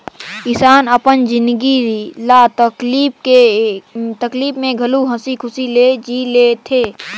किसान अपन जिनगी ल तकलीप में घलो हंसी खुशी ले जि ले थें